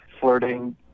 flirting